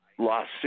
Lost